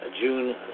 June